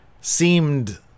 seemed